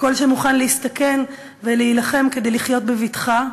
הקול שמוכן להסתכן ולהילחם כדי לחיות בבטחה,